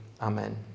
Amen